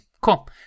cool